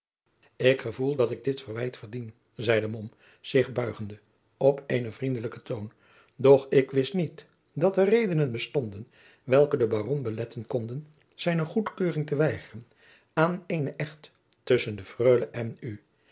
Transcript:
ik gevoel dat ik dit verwijt verdien zeide mom zich buigende op eenen vriendelijken toon doch ik wist niet dat er redenen bestonden welke den baron beletten konden zijne goedkeuring te weigeren aan eenen echt tusschen de freule en u